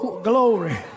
Glory